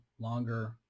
longer